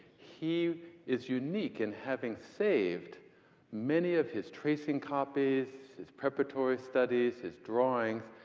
he is unique in having saved many of his tracing copies, his preparatory studies, his drawings,